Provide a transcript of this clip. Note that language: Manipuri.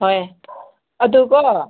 ꯍꯣꯏ ꯑꯗꯨꯀꯣ